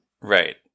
Right